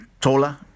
taller